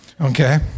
Okay